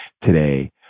today